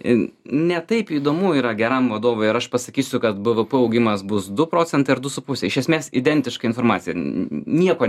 in ne taip įdomu yra geram vadovui ir aš pasakysiu kad b v p augimas bus du procentai ar du su puse iš esmės identiška informacija nieko